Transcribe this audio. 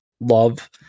love